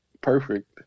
perfect